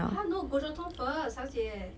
!huh! no goh chok tong first 小姐